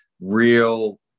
real